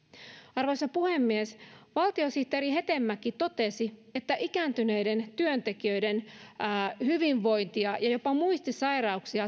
arvoisa puhemies valtiosihteeri hetemäki totesi että ikääntyneiden työntekijöiden hyvinvointia ja jopa muistisairauksien